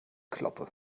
kloppe